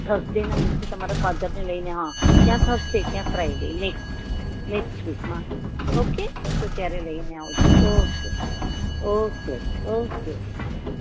થર્સડેના દિવસે તમારા ફાધરને લઈને હં કયા થર્સડે કયા ફ્રાઈડે નેક્સ્ટ નેક્સ્ટ વીકમાં ઓકે તો ત્યારે લઈને આવજો ઓકે ઓકે ઓકે ઓક